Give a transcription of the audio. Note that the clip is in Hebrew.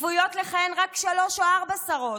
צפויות לכהן רק שלוש או ארבע שרות,